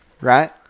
right